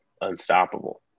unstoppable